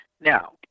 Now